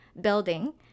building